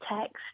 text